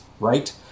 right